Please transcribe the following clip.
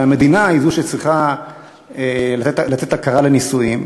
שהמדינה היא זו שצריכה לתת הכרה לנישואים.